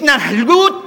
התנהגות